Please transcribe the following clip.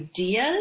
ideas